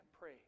pray